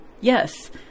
Yes